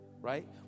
right